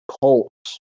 Colts